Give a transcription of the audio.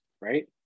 right